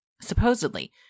Supposedly